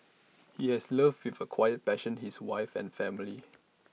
he has loved with A quiet passion his wife and family